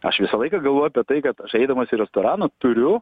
aš visą laiką galvojau apie tai kad aš eidamas į restoraną turiu